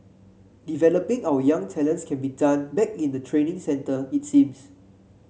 developing our young talents can be done back in the training centre it seems